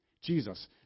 Jesus